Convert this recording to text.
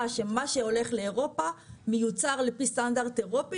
שמה שהולך לאירופה מיוצר לפי סטנדרט אירופי,